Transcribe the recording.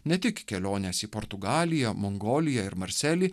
ne tik kelionės į portugaliją mongoliją ir marselį